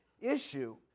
issue